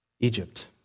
Egypt